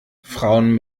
frauen